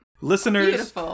Listeners